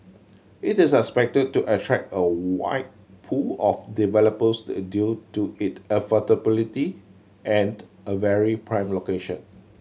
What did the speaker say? it is expected to attract a wide pool of developers due to it affordability and a very prime location